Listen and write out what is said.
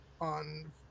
on